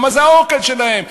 כי זה האוכל שלהם,